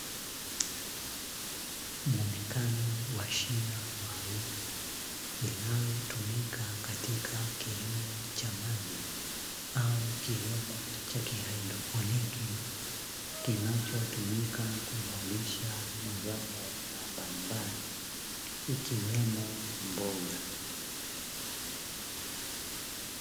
Muonekano wa shina maalumu linalotumika katika kilimo cha maji au kilimo cha haidroponi, kinachotumika kuzalisha mazao ya aina mbalimbali ikiwemo mboga.